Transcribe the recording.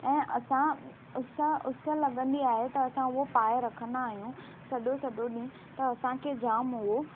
ऐं असां उस उस लॻंदी आहे असां उहा पाए रखंदा आहियूं सॾो सॾो ॾींंहं त असांखे जाम उहो